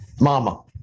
Mama